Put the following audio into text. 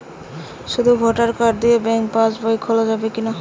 শুধু voter card দিয়ে bank pass বই খোলা যাবে কিনা?